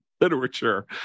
literature